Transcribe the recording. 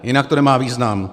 Jinak to nemá význam.